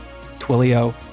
Twilio